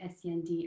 SEND